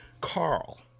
Carl